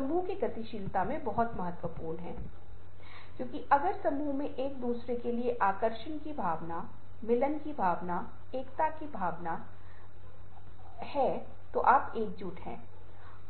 और यह उनके पाठ एनीमेशन और परियोजना का हिस्सा है जिसे गतिज पाठ परियोजना के रूप में जाना जाता था और उम्मीद है कि यह आपको एक उदाहरण देगा हमारे ग्रंथों को कितने शक्तिशाली तरीके से भावनात्मक प्रभाव बनाने का अनुभव किया जा सकता है